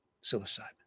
Suicide